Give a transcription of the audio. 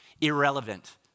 irrelevant